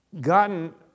gotten